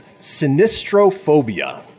Sinistrophobia